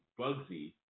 Bugsy